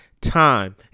time